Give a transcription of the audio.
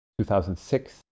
2006